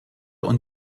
und